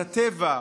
את הטבע,